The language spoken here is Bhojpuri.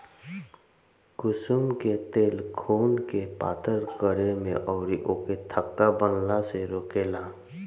कुसुम के तेल खुनके पातर करे में अउरी ओके थक्का बनला से रोकेला